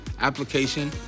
application